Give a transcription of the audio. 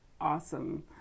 awesome